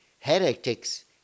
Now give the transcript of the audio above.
heretics